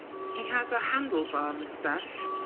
he has a handle bar moustache.